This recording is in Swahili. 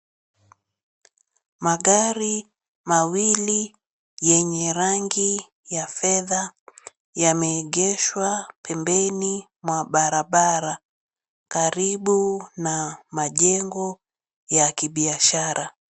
Magari mawili yenye rangi ya fedha yameegeshwa pembeni mwa barabara karibu na majengo ya kibiashara.